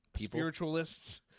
spiritualists